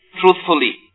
truthfully